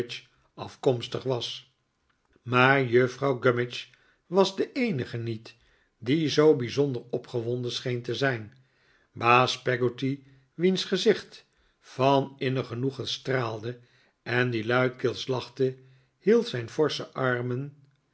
afkomstig was maar juffrouw gummidge was de eenige niet die zoo bijzonder opgewonden scheen te zijn baas peggotty wiens gezicht van innig genoegen straalde en die luidkeels lachte hield zijn forsche armen